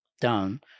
down